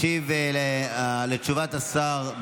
ישיב לתשובת השר,